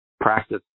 practice